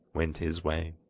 went his way.